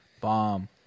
Bomb